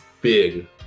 big